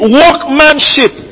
workmanship